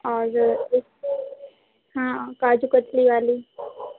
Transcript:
और उस हाँ काजू कतली वाली